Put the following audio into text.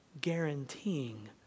guaranteeing